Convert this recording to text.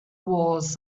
was